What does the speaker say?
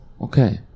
Okay